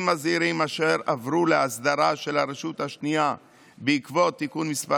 הזעירים אשר עברו להסדרה של הרשות השנייה בעקבות תיקון מס'